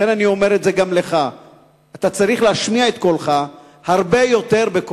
אתה צריך להשמיע את קולך בקול רם הרבה יותר.